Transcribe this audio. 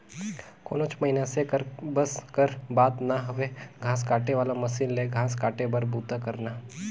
कोनोच मइनसे कर बस कर बात ना हवे घांस काटे वाला मसीन ले घांस काटे कर बूता करना